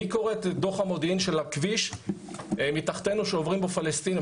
מי קורא את דוח המודיעין של הכביש מתחתינו שעוברים פה פלסטינים?